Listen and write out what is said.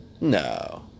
No